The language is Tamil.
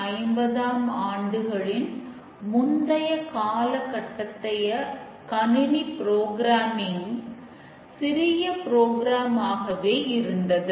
1950ம் ஆண்டுகளின் முந்தைய காலகட்டத்தய கணினி புரோகிராமிங் ஆகவே இருந்தது